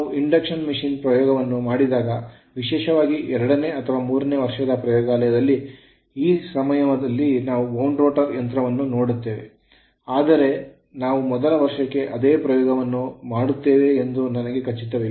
ನಾವು induction machine ಪ್ರಯೋಗವನ್ನು ಮಾಡಿದಾಗ ವಿಶೇಷವಾಗಿ ಎರಡನೇ ಅಥವಾ ಮೂರನೇ ವರ್ಷದ ಪ್ರಯೋಗದಲ್ಲಿ ಆ ಸಮಯದಲ್ಲಿ ನಾವು wound rotor ಯಂತ್ರವನ್ನು ನೋಡುತ್ತೇವೆ ಆದರೆ ನಾವು ಮೊದಲ ವರ್ಷಕ್ಕೆ ಅದೇ ಪ್ರಯೋಗವನ್ನು ಮಾಡುತ್ತೇವೆಯೇ ಎಂದು ನನಗೆ ಖಚಿತವಿಲ್ಲ